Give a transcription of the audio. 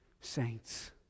saints